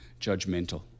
judgmental